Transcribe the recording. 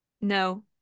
No